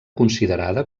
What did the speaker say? considerada